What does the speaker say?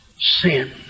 Sin